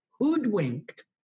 hoodwinked